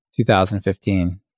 2015